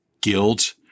guilt